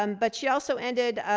um but she also ended,